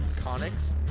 Conics